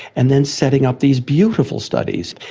and then setting up these beautiful studies.